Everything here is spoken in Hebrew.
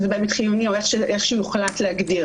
שזה באמת חיוני או איך שיוחלט להגדיר.